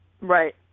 Right